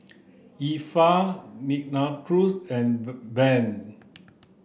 Effa Nicklaus and Bev